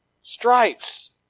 stripes